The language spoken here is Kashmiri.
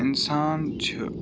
اِنسان چھُ